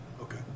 Okay